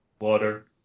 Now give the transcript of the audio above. water